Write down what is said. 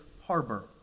harbor